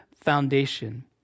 foundation